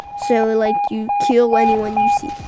so like you kill anyone you see,